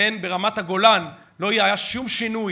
ברמת-הגולן, לא היה שום שינוי